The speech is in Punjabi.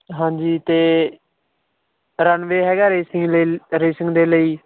ਹਾਂਜੀ ਅਤੇ ਰਨਵੇ ਹੈਗਾ ਰੇਸਿੰਗ ਲ ਰੇਸਿੰਗ ਦੇ ਲਈ